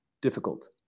difficult